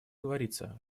говорится